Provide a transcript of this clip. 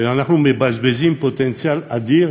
ואנחנו מבזבזים פוטנציאל אדיר